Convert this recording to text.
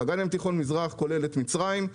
שכולל את מצרים,